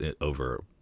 over